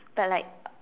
but like